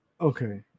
Okay